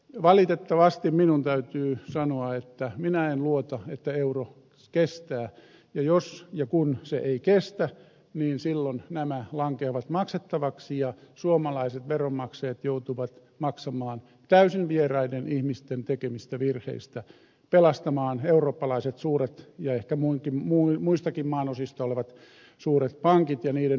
valitettavasti minun täytyy sanoa että minä en luota että euro kestää ja jos ja kun se ei kestä niin silloin nämä lankeavat maksettavaksi ja suomalaiset veronmaksajat joutuvat maksamaan täysin vieraiden ihmisten tekemistä virheistä pelastamaan suuret eurooppalaiset ja ehkä muistakin maanosista olevat pankit ja niiden omistajat